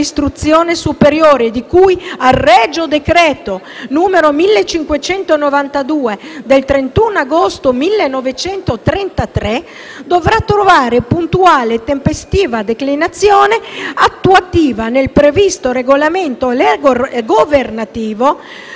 sull'istruzione superiore, di cui al regio decreto n. 1592 del 31 agosto 1933 - dovrà trovare puntuale e tempestiva declinazione attuativa nel previsto regolamento governativo,